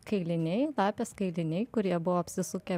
kailiniai lapės kailiniai kurie buvo apsisukę